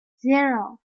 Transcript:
zero